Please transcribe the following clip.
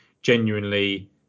genuinely